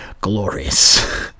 glorious